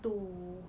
to